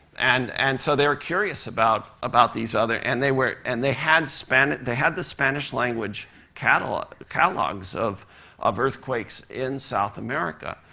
and and so they were curious about about these other and they were and they had they had the spanish-language catalogs catalogs of of earthquakes in south america.